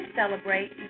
celebrate